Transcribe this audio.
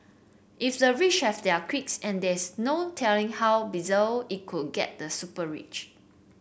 if the rich have their quirks and there's no telling how bizarre it could get the super rich